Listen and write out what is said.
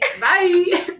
Bye